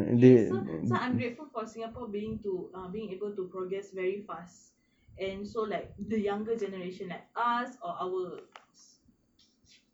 okay so so I'm ungrateful for singapore being too um being able to progress very fast and so like the younger generation like us or our